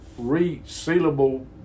resealable